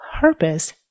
purpose